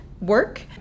work